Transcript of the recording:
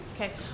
Okay